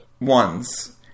ones